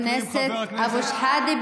חבר הכנסת אבו שחאדה,